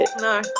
No